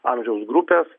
amžiaus grupės